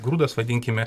grūdas vadinkime